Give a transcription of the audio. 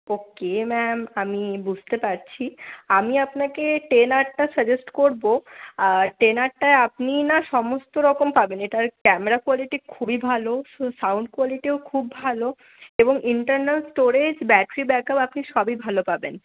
ওকে ma'am আমি বুঝতে পারছি আমি আপনাকে টেন আরটা সাজেস্ট করবো আর টেন আরটায় আপনি না সমস্ত রকম পাবেন এটার ক্যামেরা কোয়ালিটি খুবই ভালো সাউন্ড কোয়ালিটিও খুব ভালো এবং ইন্টারনাল স্টোরেজ ব্যাটারি ব্যাকআপ আপনি সবই ভালো পাবেন